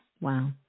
Wow